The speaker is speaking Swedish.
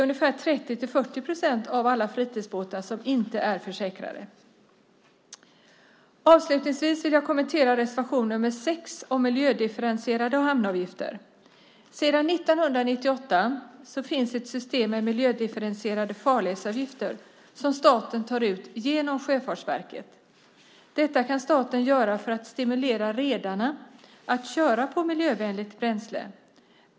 Ungefär 30-40 procent av alla fritidsbåtar är nämligen inte försäkrade. Avslutningsvis vill jag kommentera reservation 6 om miljödifferentierade hamnavgifter. Sedan 1998 finns det ett system med miljödifferentierade farledsavgifter som staten tar ut genom Sjöfartsverket. Detta kan staten göra för att stimulera redarna att köra på miljövänligt bränsle.